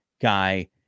guy